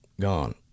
gone